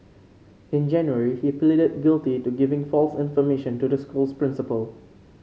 in January he pleaded guilty to giving false information to the school's principal